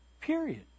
period